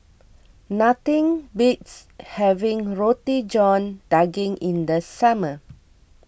nothing beats having Roti John Daging in the summer